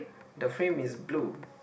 the frame is blue